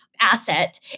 asset